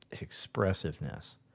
expressiveness